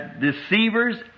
deceivers